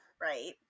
right